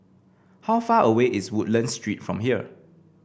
how far away is Woodlands Street from here